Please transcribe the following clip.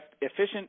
efficient